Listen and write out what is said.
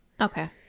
okay